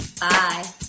Bye